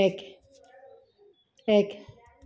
এক এক